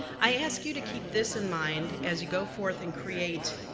i ask you to keep this in mind as you go forth and create